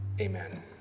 Amen